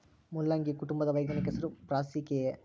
ಮುಲ್ಲಂಗಿ ಕುಟುಂಬದ ವೈಜ್ಞಾನಿಕ ಹೆಸರು ಬ್ರಾಸಿಕೆಐ